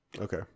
Okay